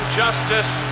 justice